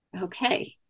Okay